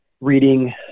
reading